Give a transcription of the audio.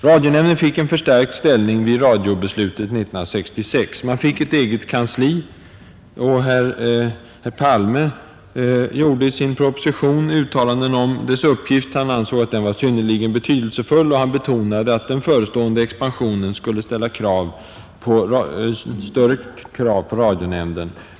Radionämnden fick en förstärkt ställning vid radiobeslutet 1966. Man fick ett eget kansli, och herr Palme gjorde i sin proposition uttalanden om nämndens uppgift. Han ansåg denna ”synnerligen betydelsefull” och betonade att ”den förestående expansionen kommer dessutom att ställa större krav på radionämnden.